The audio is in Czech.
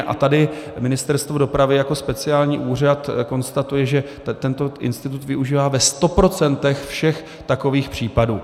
A tady Ministerstvo dopravy jako speciální úřad konstatuje, že tento institut využívá ve sto procentech všech takových případů.